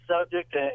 subject